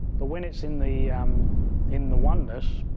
but, when it's in the um in the oneness,